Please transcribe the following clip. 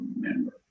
remember